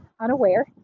unaware